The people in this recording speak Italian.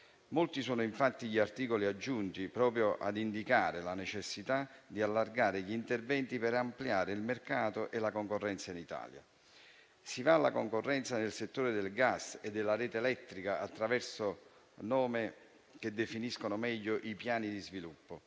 Molti sono infatti gli articoli aggiunti, proprio a indicare la necessità di allargare gli interventi per ampliare il mercato e la concorrenza in Italia. Si va dalla concorrenza nel settore del gas e della rete elettrica, attraverso norme che definiscono meglio i piani di sviluppo.